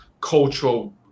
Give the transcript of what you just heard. cultural